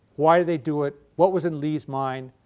why do they do it? what was in lee's mind?